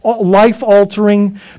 life-altering